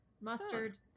Mustard